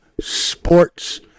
Sports